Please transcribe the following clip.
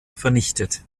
vernichtet